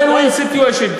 win-win situation,